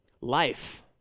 Life